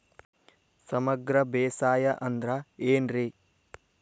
ಸಮಗ್ರ ಬೇಸಾಯ ಅಂದ್ರ ಏನ್ ರೇ?